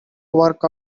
work